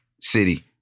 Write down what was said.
city